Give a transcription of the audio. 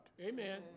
Amen